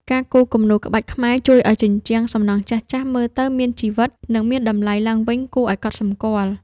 ការគូរគំនូរក្បាច់ខ្មែរជួយឱ្យជញ្ជាំងសំណង់ចាស់ៗមើលទៅមានជីវិត និងមានតម្លៃឡើងវិញគួរឱ្យកត់សម្គាល់។